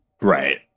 Right